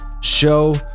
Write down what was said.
show